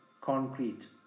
concrete